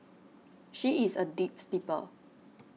she is a deep sleeper